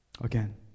Again